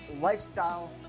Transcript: lifestyle